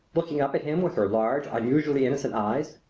looking up at him with her large, unusually innocent eyes.